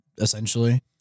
essentially